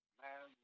man